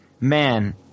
man